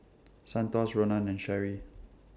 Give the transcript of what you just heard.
Santos Ronan and Sherri